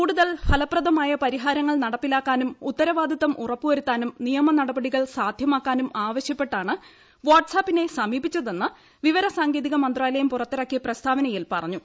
കൂടുതൽ ഫലപ്രദമായ പരിഹാരങ്ങൾ നടപ്പിലാക്കാനും ഉത്തരവാദിത്തം ഉറപ്പുവരുത്താനും നിയമനടപടികൾ സാധ്യമാക്കാനും ആവശ്യപ്പെട്ടാണ് വാട്ട്സ്ആപ്പിനെ സമീപിച്ചതെന്ന് വിവര സാങ്കേതിക മന്ത്രാലയം പുറത്തിറക്കിയ പ്രസ്താവനയിൽ പറഞ്ഞു